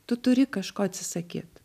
tu turi kažko atsisakyt